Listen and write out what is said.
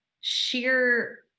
sheer